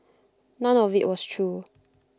none of IT was true